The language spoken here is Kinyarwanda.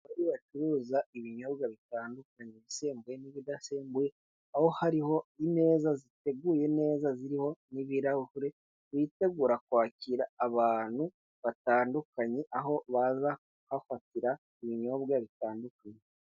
Aho bacuruza ibinyobwa bitandukanye bisembuye n'ibidasembuye, aho hariho ineza ziteguye neza ziriho n'ibirahure witegura kwakira abantu batandukanye, aho baza kuhafatira ibinyobwa bitandukanye.